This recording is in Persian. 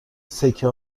سکه